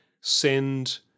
send